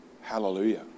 Hallelujah